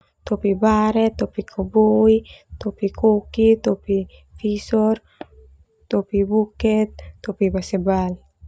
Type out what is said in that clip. Topi baret, topi koboi, topi koki, topi visor, topi buket, topi baseball.